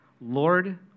Lord